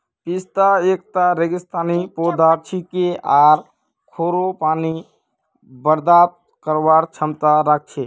पिस्ता एकता रेगिस्तानी पौधा छिके आर खोरो पानी बर्दाश्त करवार क्षमता राख छे